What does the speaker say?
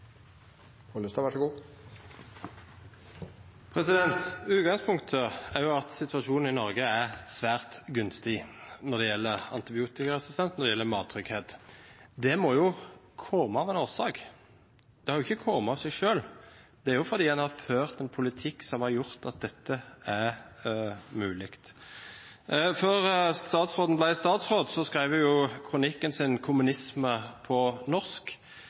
Utgangspunktet er at situasjonen i Norge er svært gunstig når det gjelder antibiotikaresistens og mattrygghet. Det må ha sin årsak. Det har jo ikke kommet av seg selv. Det har sin årsak i at en har ført en politikk som har gjort at dette er mulig. Før statsråden ble statsråd, skrev hun en kronikk, Kommunisme på norsk,